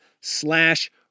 slash